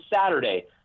Saturday